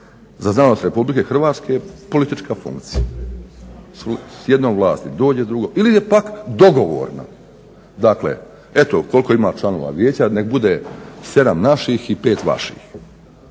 za znanost RH politička funkcija, s jednom vlasti dođe s drugom ode. Ili je pak dogovor, dakle eto koliko ima članova vijeća nek bude 7 naših i 5 vaših.